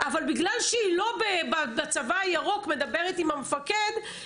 אבל בגלל שהיא לא בצבא הירוק מדברת עם המפקד,